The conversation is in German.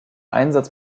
einsatz